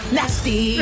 Nasty